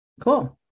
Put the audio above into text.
cool